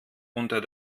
unter